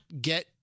get